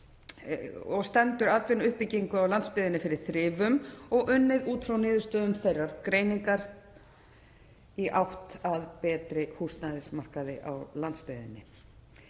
stendur atvinnuuppbyggingu á landsbyggðinni fyrir þrifum og unnið út frá niðurstöðum þeirrar greiningar í átt að betri húsnæðismarkaði á landsbyggðinni.